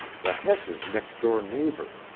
the hess's next-door neighbor.